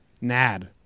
Nad